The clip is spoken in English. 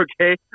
Okay